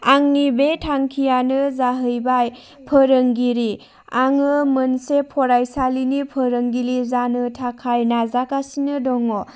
आंनि बे थांखियानो जाहैबाय फोरोंगिरि आङो मोनसे फरायसालिनि फोरोंगिरि जानो थाखाय नाजागासिनो दङ